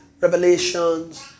revelations